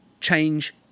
change